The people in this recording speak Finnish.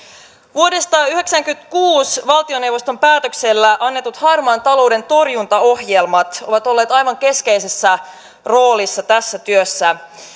vuodesta yhdeksänkymmentäkuusi valtioneuvoston päätöksellä annetut harmaan talouden torjuntaohjelmat ovat olleet aivan keskeisessä roolissa tässä työssä